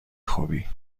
خوبی